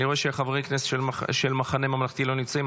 אני רואה שחברי הכנסת של המחנה הממלכתי לא נמצאים,